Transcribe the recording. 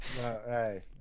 Hey